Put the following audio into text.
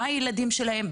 כמה ילדים יש להם,